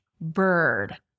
bird